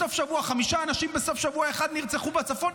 חמישה אנשים בסוף שבוע אחד נרצחו בצפון,